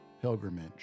pilgrimage